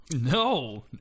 No